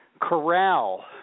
corral